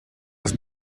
das